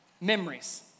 memories